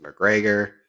McGregor